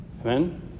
Amen